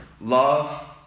Love